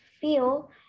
feel